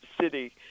city